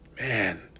Man